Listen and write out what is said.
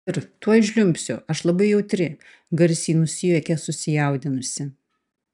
ir tuoj žliumbsiu aš labai jautri garsiai nusijuokia susijaudinusi